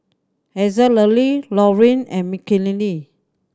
Azalee Loreen and Mckinley